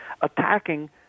attacking